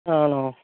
ആണോ